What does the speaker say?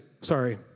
sorry